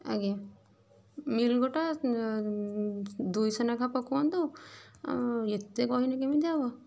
ଆଜ୍ଞା ମିଲ୍ ଗୋଟା ଦୁଇଶହ ନାଖା ପକାନ୍ତୁ ଏତେ କହିଲେ କେମିତି ହେବ